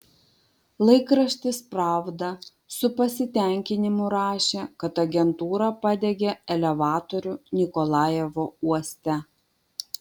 laikraštis pravda su pasitenkinimu rašė kad agentūra padegė elevatorių nikolajevo uoste